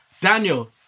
Daniel